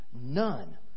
none